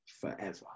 forever